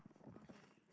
okay